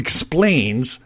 explains